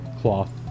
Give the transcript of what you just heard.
cloth